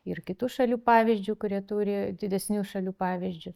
ir kitų šalių pavyzdžiu kurie turi didesnių šalių pavyzdžiu